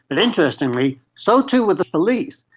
and interestingly so too were the police,